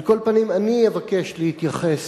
על כל פנים, אני אבקש להתייחס,